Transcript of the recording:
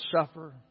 suffer